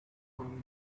from